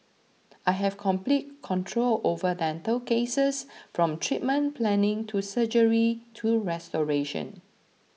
I have complete control over dental cases from treatment planning to surgery to restoration